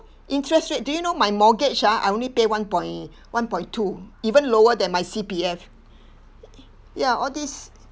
interest rate do you know my mortgage ah I only pay one point one point two even lower than my C_P_F ya all this